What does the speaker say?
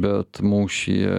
bet mūšyje